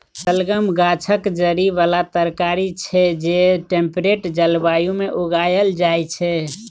शलगम गाछक जड़ि बला तरकारी छै जे टेम्परेट जलबायु मे उगाएल जाइ छै